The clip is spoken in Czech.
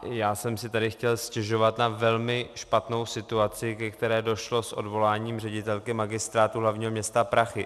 Já jsem si tady chtěl stěžovat na velmi špatnou situaci, ke které došlo s odvoláním ředitelky Magistrátu hlavního města Prach...